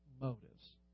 motives